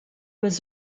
was